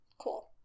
cool